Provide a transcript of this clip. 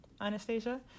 anastasia